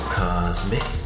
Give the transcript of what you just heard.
cosmic